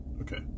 Okay